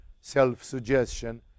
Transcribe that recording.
self-suggestion